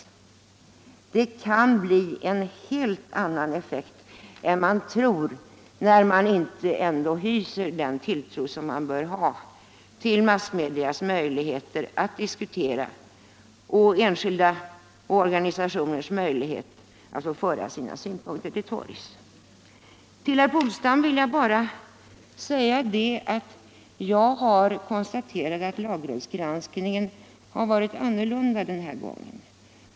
Det kan alltså bli en helt annan effekt än man tror när man inte hyser den tilltro som man bör till massmediernas möjligheter att diskutera och till enskilda organisationers möjligheter att föra sina synpunkter till torgs. Till herr Polstam vill jag säga att jag har konstaterat att lagrådsgranskningen har varit annorlunda den här gången.